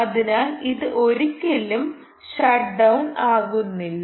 അതിനാൽ ഇത് ഒരിക്കലും ഷട്ട് ഡൌൺ ആകുന്നില്ല